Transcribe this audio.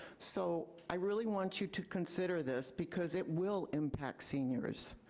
so i really want you to consider this because it will impact seniors.